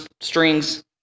strings